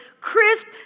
crisp